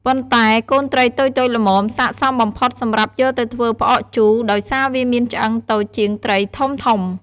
ប៉ុន្តែ កូនត្រីតូចៗល្មមសាកសមបំផុតសម្រាប់យកទៅធ្វើផ្អកជូរ ដោយសារវាមានឆ្អឹងតូចជាងត្រីធំៗ។